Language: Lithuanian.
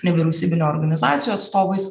nevyriausybinių organizacijų atstovais